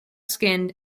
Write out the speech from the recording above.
skinned